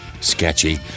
sketchy